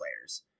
players